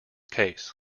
case